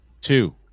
two